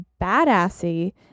badassy